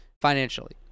financially